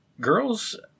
girls